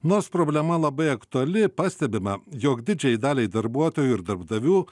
nors problema labai aktuali pastebima jog didžiajai daliai darbuotojų ir darbdavių